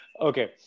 Okay